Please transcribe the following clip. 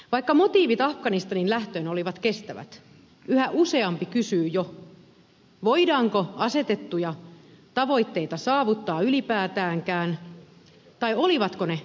vaikka motiivit afganistaniin lähtöön olivat kestävät yhä useampi kysyy jo voidaanko asetettuja tavoitteita saavuttaa ylipäätäänkään tai olivatko ne realistiset